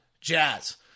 Jazz